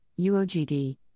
UOGD